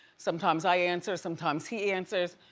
sometimes i answer, sometimes he answers,